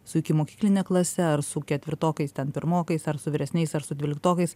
su ikimokykline klase ar su ketvirtokais ten pirmokais ar su vyresniais ar su dvyliktokais